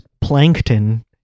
plankton